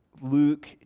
Luke